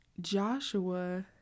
Joshua